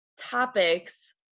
topics